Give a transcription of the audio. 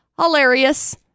hilarious